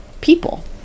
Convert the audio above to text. people